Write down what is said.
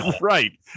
right